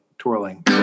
twirling